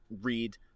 read